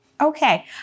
Okay